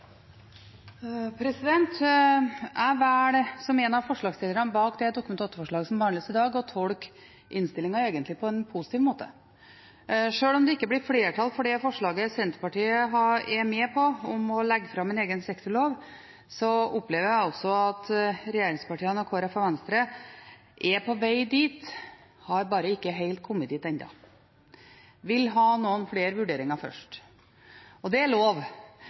Jeg velger, som en av forslagsstillerne bak det Dokument 8-forslaget som behandles i dag, egentlig å tolke innstillingen på en positiv måte. Sjøl om det ikke blir flertall for det forslaget Senterpartiet er med på, om å legge fram en egen sektorlov, opplever jeg at regjeringspartiene og Kristelig Folkeparti og Venstre er på veg dit, de har bare ikke helt kommet dit ennå og vil ha noen flere vurderinger først. Og det er lov.